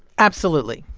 absolutely.